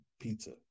pizza